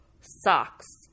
socks